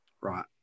Right